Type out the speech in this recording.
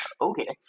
Okay